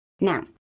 Now